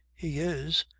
he is.